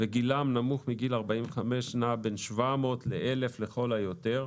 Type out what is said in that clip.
וגילם נמוך מ-45 שנים נוגעת לבין 700 1,000 אנשים לכל היותר.